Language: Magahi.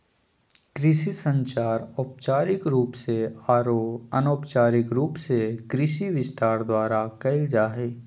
कृषि संचार औपचारिक रूप से आरो अनौपचारिक रूप से कृषि विस्तार द्वारा कयल जा हइ